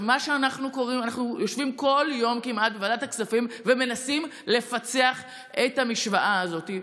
אנחנו יושבים כל יום כמעט בוועדת הכספים ומנסים לפצח את המשוואה הזאת,